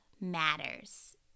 matters